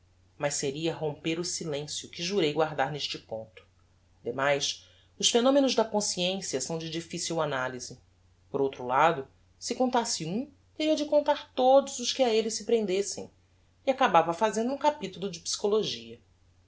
mas seria romper o silencio que jurei guardar neste ponto demais os phenomenos da consciencia são de difficil analyse por outro lado se contasse um teria de contar todos os que a elle se prendessem e acabava fazendo um capitulo de psychologia